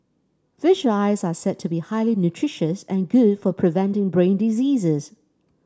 fish eyes are said to be highly nutritious and good for preventing brain diseases